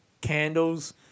candles